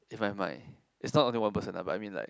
if I might it's not only one person lah but I mean like